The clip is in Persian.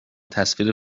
تصویر